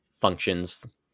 functions